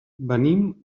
venim